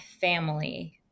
family